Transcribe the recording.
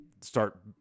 start